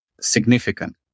significant